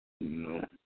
No